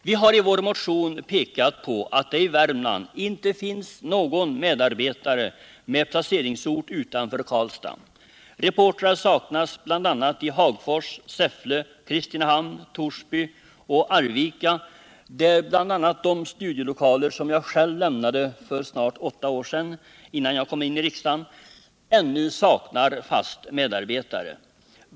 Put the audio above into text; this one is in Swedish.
Vi har i vår motion pekat på att det i Värmland inte finns någon medarbetare med placeringsort utanför Karlstad. Reportrar saknas t.ex. i Hagfors, Säffle, Kristinehamn, Torsby och Arvika, där bl.a. de studiolokaler som jag själv lämnade för snart åtta år sedan, då jag kom in i riksdagen, ännu saknar fast medarbetare.